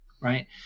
right